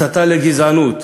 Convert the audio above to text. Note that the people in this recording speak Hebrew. הסתה לגזענות,